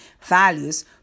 values